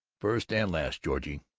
first and last, georgie!